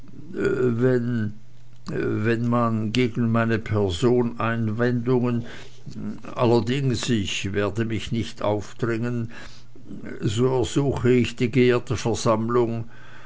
wenn wenn man gegen meine person einwendungen allerdings ich werde mich nicht aufdringen so ersuche ich die geehrte versammlung